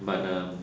but err